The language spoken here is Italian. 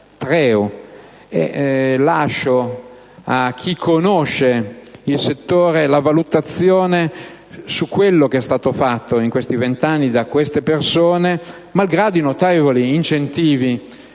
Treu. Lascio a chi conosce il settore la valutazione di quello che è stato fatto in questi vent'anni da queste persone, malgrado i notevoli incentivi